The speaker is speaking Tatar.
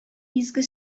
изге